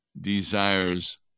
desires